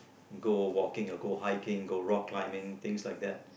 go walking and go hiking go rock climbing things like that